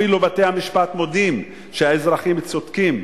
אפילו בתי-המשפט מודים שהאזרחים צודקים.